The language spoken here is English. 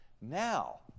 Now